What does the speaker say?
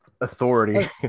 authority